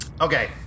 okay